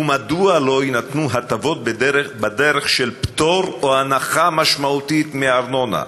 ומדוע לא יינתנו הטבות בדרך של פטור או הנחה משמעותית מארנונה,